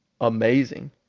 amazing